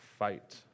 Fight